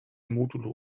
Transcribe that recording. modulo